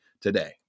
today